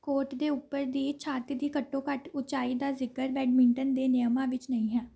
court ਦੇ ਉੱਪਰ ਦੀ ਛੱਤ ਦੀ ਘੱਟੋ ਘੱਟ ਉਚਾਈ ਦਾ ਜ਼ਿਕਰ ਬੈਡਮਿੰਟਨ ਦੇ ਨਿਯਮਾਂ ਵਿੱਚ ਨਹੀਂ ਹੈ